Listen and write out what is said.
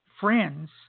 friends